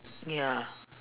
ya